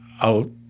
out